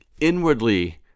inwardly